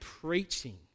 preaching